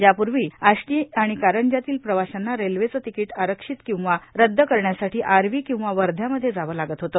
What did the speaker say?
यापूर्वी आष्टी आणि कारंजातील प्रवाशांना रेल्वेचं तिकीट आरक्षित किंवा रद्द करण्यासाठी आर्वी किंवा वर्ध्यामध्ये जावं लागत होतं